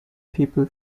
people